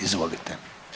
Izvolite.